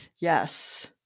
Yes